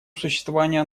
существования